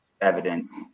evidence